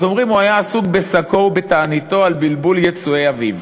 אז אומרים: הוא היה עסוק בשקו ובתעניתו על בלבול יצועי אביו.